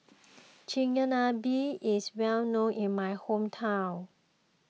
Chigenabe is well known in my hometown